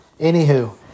Anywho